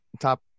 top